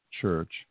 church